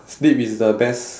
sleep is the best